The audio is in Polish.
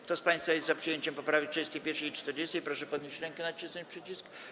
Kto z państwa jest za przyjęciem poprawek 31. i 40., proszę podnieść rękę i nacisnąć przycisk.